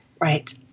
Right